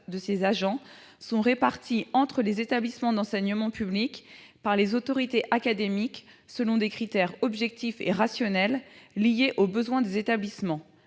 de ces agents sont répartis entre les établissements d'enseignement public par les autorités académiques selon des critères objectifs et rationnels liés aux besoins des établissements.